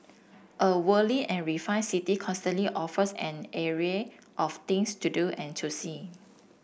a worldly and refined city constantly offers an array of things to do and to see